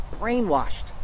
brainwashed